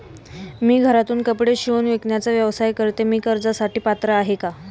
मी घरातूनच कपडे शिवून विकण्याचा व्यवसाय करते, मी कर्जासाठी पात्र आहे का?